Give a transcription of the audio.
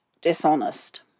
dishonest